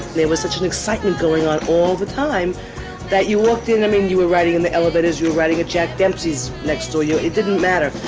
there was such an excitement going on all the time that you walked in. i mean, you were riding in the elevators, you're riding a jack dempsey's next door. it didn't matter.